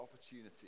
opportunity